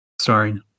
starring